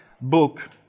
book